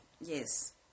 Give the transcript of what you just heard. Yes